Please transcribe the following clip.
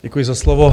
Děkuji za slovo.